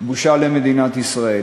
בושה למדינת ישראל.